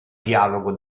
dialogo